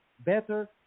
better